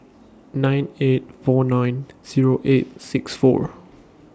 nine eight four nine Zero eight six four